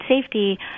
safety